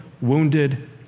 wounded